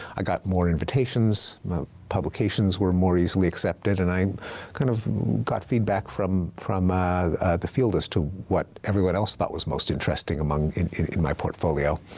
i got more invitations, my publications were more easily accepted, and i kind of got feedback from from the field as to what everyone else thought was most interesting among in in my portfolio.